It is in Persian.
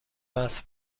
وصل